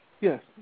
Yes